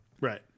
Right